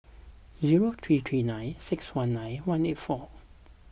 zero three three nine six one nine one eight four